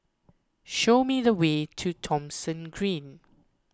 show me the way to Thomson Green